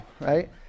right